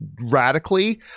radically